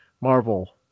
Marvel